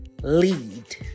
Lead